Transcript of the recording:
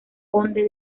conde